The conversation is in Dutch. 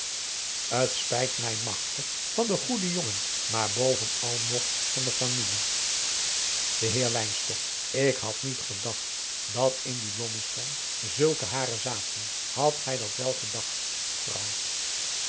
het spijt mij magtig van den goeden jongen maar bovenal nog van de familie de heer wynstok ik had niet gedacht dat in dien blommesteyn zulke haren zaten hadt gij dat wel gedacht vrouw